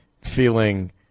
feeling